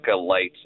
lights